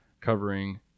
covering